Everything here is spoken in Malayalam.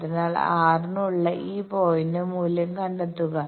അതിനാൽ R നുള്ള ഈ പോയിന്റിന്റെ മൂല്യം കണ്ടെത്തുക